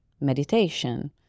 meditation